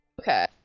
okay